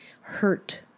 hurt